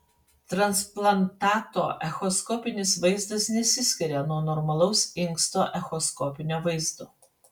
transplantato echoskopinis vaizdas nesiskiria nuo normalaus inksto echoskopinio vaizdo